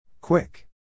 Quick